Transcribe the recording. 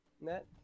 net